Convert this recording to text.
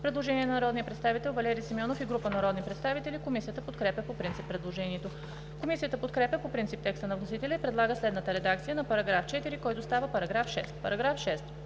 Предложение от народния представител Валери Симеонов и група народни представители. Комисията подкрепя по принцип предложението. Комисията подкрепя по принцип текста на вносителя и предлага следната редакция на § 4, който става § 6: „§ 6.